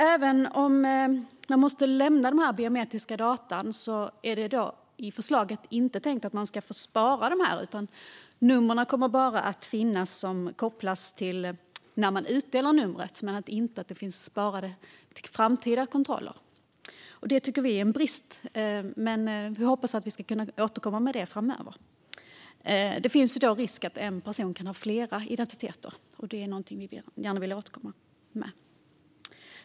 Även om människor måste lämna biometriska data är det enligt förslaget inte tänkt att dessa ska sparas. Numren kommer att kopplas till uppgifterna när de utdelas, men uppgifterna sparas inte till framtida kontroller. Det tycker vi är en brist, och vi hoppas kunna återkomma om det framöver. Det finns ju risk att en person kan ha flera identiteter, och det är något vi gärna vill återkomma om.